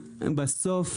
בסוף,